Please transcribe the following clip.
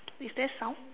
is there sound